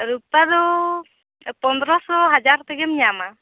ᱨᱩᱯᱟᱹ ᱫᱚ ᱯᱚᱱᱰᱨᱚ ᱥᱚ ᱦᱟᱡᱟᱨ ᱛᱮᱜᱮᱢ ᱧᱟᱢᱟ